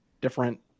different